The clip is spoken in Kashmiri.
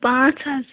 پانٛژھ حظ